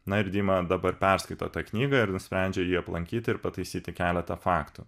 na ir dima dabar perskaito tą knygą ir nusprendžia jį aplankyti ir pataisyti keletą faktų